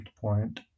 point